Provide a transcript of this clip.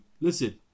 listen